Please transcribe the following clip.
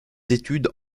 études